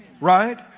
Right